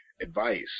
advice